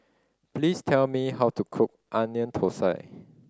please tell me how to cook Onion Thosai